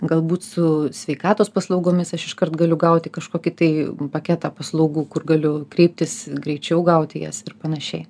galbūt su sveikatos paslaugomis aš iškart galiu gauti kažkokį tai paketą paslaugų kur galiu kreiptis greičiau gauti jas ir panašiai